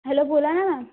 hello बोला ना ma'am